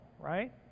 right